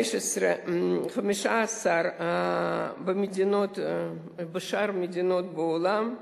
ו-15% בשאר מדינות העולם.